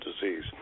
disease